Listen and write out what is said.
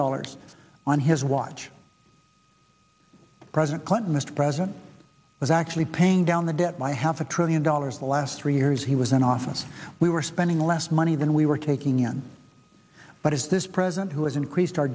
dollars on his watch president clinton mr president was actually paying down the debt by half a trillion dollars the last three years he was in office we were spending less money than we were taking in but as this president has increased our